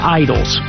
idols